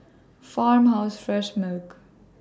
Farmhouse Fresh Milk